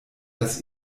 dass